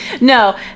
No